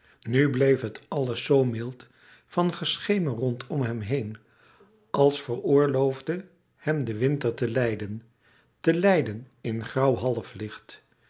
nu bleef het alles zoo mild van geschemer rondom hem heen als veroorloofde hem de winter te lijden te lijden in grauw